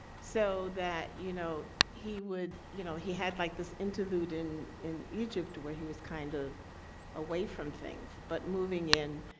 so that, you know, he would, you know, he had like this interlude in in egypt where he was kind of away from things but moving in,